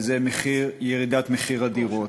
וזה ירידת מחיר הדירות.